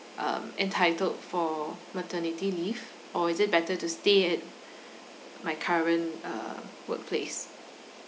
um entitled for maternity leave or is it better to stay at my current uh workplace